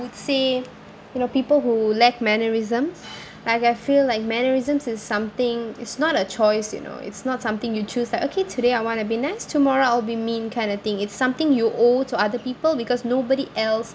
would say you know people who lack mannerisms like I feel like mannerisms is something it's not a choice you know it's not something you choose like oK today I want to be nice tomorrow I'll be mean kind of thing it's something you owe to other people because nobody else